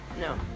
No